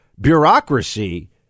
bureaucracy